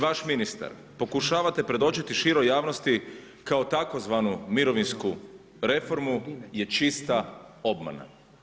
ministar pokušavate predočiti široj javnosti kao tzv. mirovinsku reformu je čista obmana.